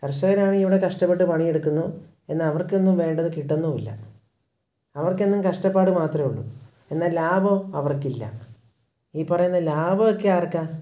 കർഷകനാണ് ഇവിടെ കഷ്ടപ്പെട്ട് പണിയെടുക്കുന്നു എന്നാൽ അവർക്കെന്നും വേണ്ടത് കിട്ടുന്നുമില്ല അവർക്കെന്നും കഷ്ടപ്പാട് മാത്രമേ ഉള്ളൂ എന്നാൽ ലാഭമോ അവർക്കില്ല ഈ പറയുന്ന ലാഭമൊക്കെ ആർക്കാണ്